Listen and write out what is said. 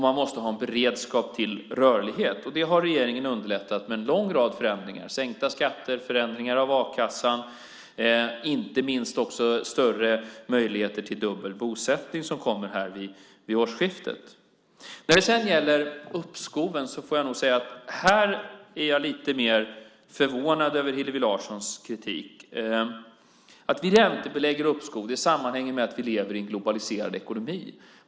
Man måste ha en beredskap för rörlighet. Det har regeringen underlättat med en lång rad förändringar: Sänkta skatter, förändringar av a-kassan och inte minst större möjligheter till dubbel bosättning, som kommer vid årsskiftet. När det gäller uppskoven får jag nog säga att jag är lite mer förvånad över Hillevi Larssons kritik. Att vi räntebelägger uppskov sammanhänger med att vi lever i en globaliserad ekonomi.